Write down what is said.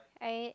I